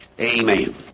Amen